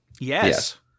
Yes